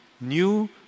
new